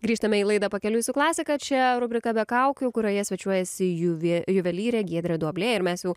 grįžtame į laidą pakeliui su klasika čia rubrika be kaukių kurioje svečiuojasi juvė juvelyrė giedrė duoblė ir mes jau